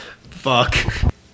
Fuck